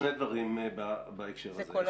שני דברים בהקשר הזה.